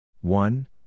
One